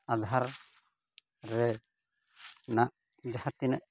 ᱟᱫᱷᱟᱨ ᱨᱮᱱᱟᱜ ᱡᱟᱦᱟᱸ ᱛᱤᱱᱟᱜ